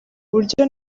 buryo